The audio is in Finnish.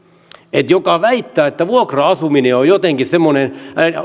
jos joku väittää että vuokra asuminen on on jotenkin semmoinen